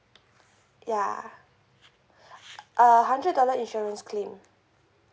ya uh hundred dollar insurance claim